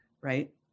Right